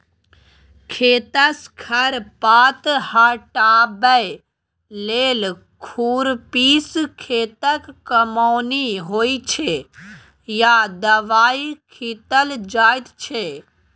खेतसँ खर पात हटाबै लेल खुरपीसँ खेतक कमौनी होइ छै या दबाइ छीटल जाइ छै